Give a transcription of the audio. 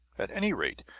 at any rate,